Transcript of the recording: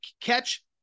catch